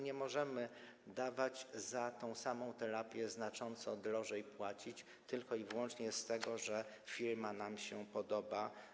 Nie możemy za tę samą terapię znacząco drożej płacić tylko i wyłącznie dlatego, że firma nam się podoba.